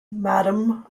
madam